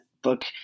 book